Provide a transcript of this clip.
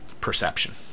perception